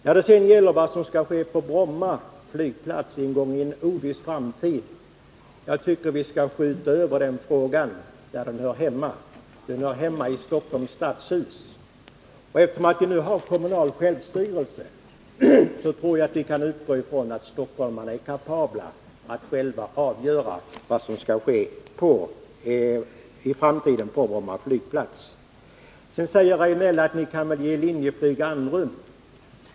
När det sedan gäller vad som skall ske på Bromma flygplats någon gångi en oviss framtid tycker jag att vi skall skjuta över den frågan dit där den hör hemma, nämligen i Stockholms stadshus. Eftersom vi har kommunal självstyrelse tror jag att vi kan utgå från att stockholmarna är kapabla att själva avgöra vad som skall ske i framtiden på Bromma flygplats. Sedan sade Eric Rejdnell att man väl kan ge Linjeflyg andrum.